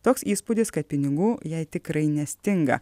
toks įspūdis kad pinigų jai tikrai nestinga